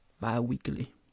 bi-weekly